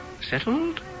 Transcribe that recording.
Settled